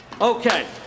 Okay